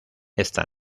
esta